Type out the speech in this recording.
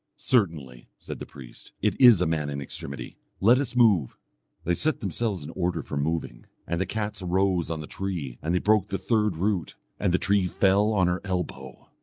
certainly, said the priest, it is a man in extremity let us move they set themselves in order for moving. and the cats arose on the tree, and they broke the third root, and the tree fell on her elbow.